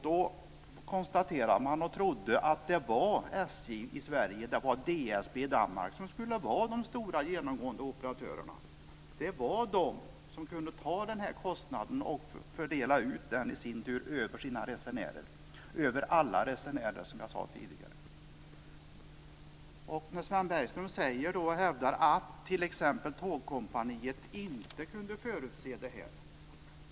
Då trodde man att det var SJ i Sverige och DSB i Danmark som skulle vara de stora, genomgående operatörerna. De kunde fördela kostnaderna över sina resenärer - alla resenärer, som jag sade tidigare. Sven Bergström hävdar att t.ex. Tågkompaniet inte kunde förutse detta.